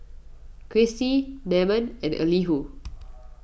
Kristi Namon and Elihu